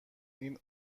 این